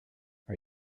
are